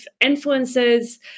influences